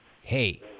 hey